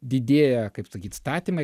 didėja kaip sakyt statymai